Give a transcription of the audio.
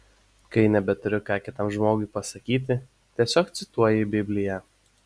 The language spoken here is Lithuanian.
kai nebeturi ką kitam žmogui pasakyti tiesiog cituoji bibliją